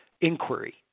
inquiry